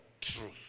truth